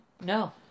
No